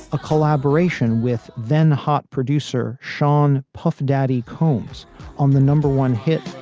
a collaboration with then hot producer sean puff daddy combs on the number one hit,